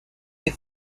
des